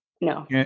no